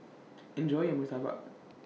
Enjoy your Murtabak